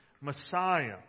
Messiah